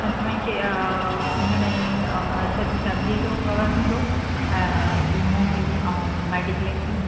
हिन में के हिन में माना सॼी फ़ैमिलीअ जो कवर थींदो वीमो बि ऐं मेडीक्लेम बि